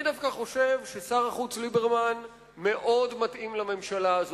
אני דווקא חושב ששר החוץ ליברמן מאוד מתאים לממשלה הזאת.